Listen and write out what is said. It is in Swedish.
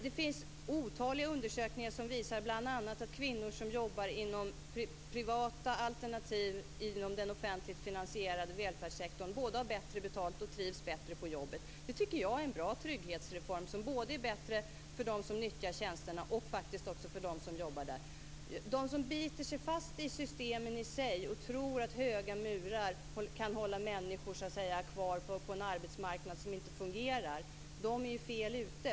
Det finns otaliga undersökningar som visar bl.a. att kvinnor som jobbar inom privata alternativ inom den offentligt finansierade välfärdssektorn både har bättre betalt och trivs bättre på jobbet. Det tycker jag är en bra trygghetsreform som är bättre både för dem som nyttjar tjänsterna och för dem som jobbar där. De som biter sig fast i systemen i sig och tror att höga murar kan hålla människor kvar på en arbetsmarknad som inte fungerar är fel ute.